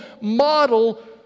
model